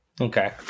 Okay